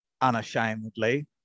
unashamedly